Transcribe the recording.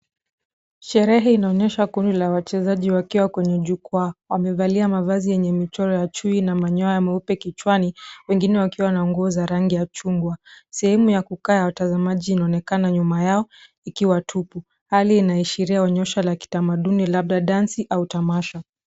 Sherehe inaonyesha kundi la wachezaji wakiwa kwenye jukwaa. Wamevalia mavazi yenye michoro ya chui na manyoya meupe kichwani wengine wakiwa na nguo za rangi ya chungwa. Sehemu ya kukaa ya watazamaji inaonekana nyuma yao ikiwa tupu. Hali inaashiria onyesho la kitamaduni labda dansi au tamasha